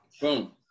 Boom